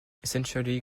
essentially